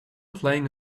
playing